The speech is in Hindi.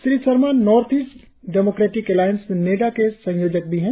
Shri Sarma North East Democratic Alliance NEDA के संयोजन भी हैं